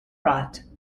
rot